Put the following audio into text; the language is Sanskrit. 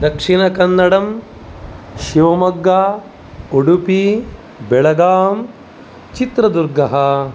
दक्षिणकन्नडं शिवमोग्गा उडुपी बेळगां चित्रदुर्गः